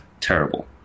terrible